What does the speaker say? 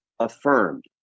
Affirmed